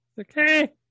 Okay